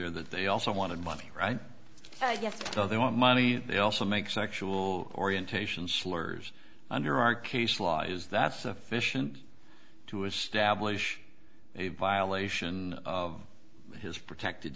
there that they also wanted money right so yes they want money but they also make sexual orientation slurs under our case law is that sufficient to establish a violation of his protected